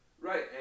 Right